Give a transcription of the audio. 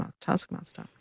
taskmaster